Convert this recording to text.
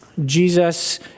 Jesus